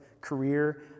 career